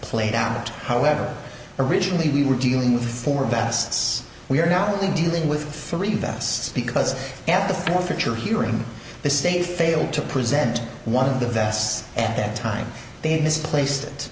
played out however originally we were dealing with four vests we are now only dealing with three best because at the forfeiture hearing the state failed to present one of the vests at that time they misplaced it